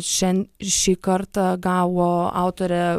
šen ir šį kartą gavo autorė